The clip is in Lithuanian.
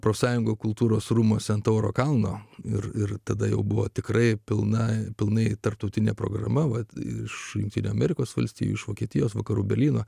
profsąjungų kultūros rūmuose ant tauro kalno ir tada jau buvo tikrai pilna pilnai tarptautinė programa vat iš jungtinių amerikos valstijų iš vokietijos vakarų berlyno